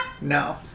No